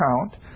count